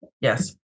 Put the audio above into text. Yes